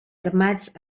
armats